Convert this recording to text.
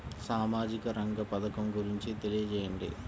సామాజిక రంగ పథకం గురించి తెలియచేయండి?